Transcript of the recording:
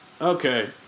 Okay